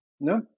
No